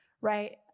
right